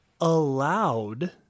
allowed